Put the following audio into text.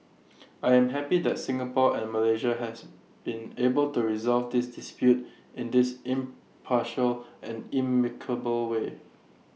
I am happy that Singapore and Malaysia has been able to resolve this dispute in this impartial and amicable way